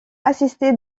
assisté